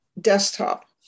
desktop